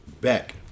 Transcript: back